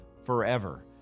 forever